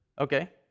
Okay